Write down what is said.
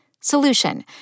Solution